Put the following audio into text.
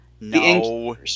No